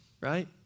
Right